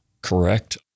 correct